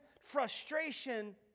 frustration